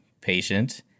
patient